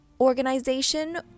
organization